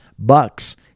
bucks